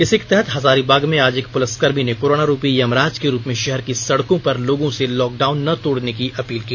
इसी के तहत हजारीबाग में आज एक पुलिसकर्मी ने कोरोना रूपी यमराज के रूप में शहर की सड़कों पर लोगों से लॉकडाउन न तोड़ने की अपील की